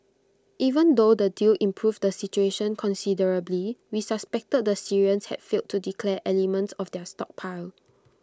even though the deal improved the situation considerably we suspected the Syrians had failed to declare elements of their stockpile